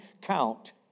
count